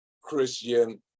Christian